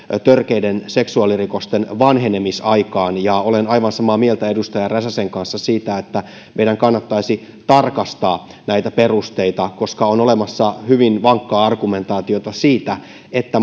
törkeiden seksuaalirikosten vanhenemisaikaan olen aivan samaa mieltä edustaja räsäsen kanssa siitä että meidän kannattaisi tarkastaa näitä perusteita koska on olemassa hyvin vankkaa argumentaatiota siitä että